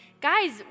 guys